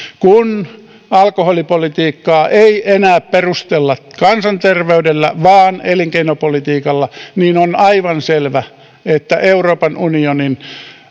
kun alkoholipolitiikkaa ei enää perustella kansanterveydellä vaan elinkeinopolitiikalla on aivan selvä että euroopan unionin